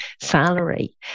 salary